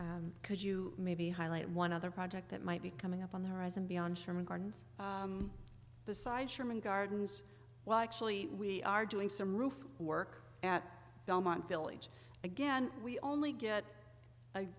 because you may be highlight one other project that might be coming up on the horizon beyond sherman gardens besides sherman gardens well actually we are doing some roof work at belmont village again we only get